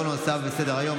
נעבור לנושא הבא בסדר-היום,